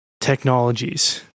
technologies